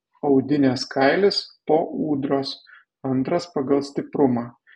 audinės kailis po ūdros antras pagal stiprumą